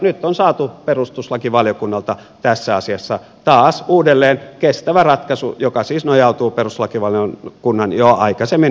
nyt on saatu perustuslakivaliokunnalta tässä asiassa taas uudelleen kestävä ratkaisu joka siis nojautuu perustuslakivaliokunnan jo aikaisemmin ottamaan kantaan